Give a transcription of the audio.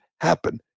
happen